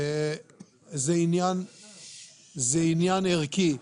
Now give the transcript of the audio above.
זה עניין ערכי.